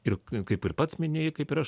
ir kaip ir pats minėjai kaip ir aš